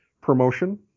promotion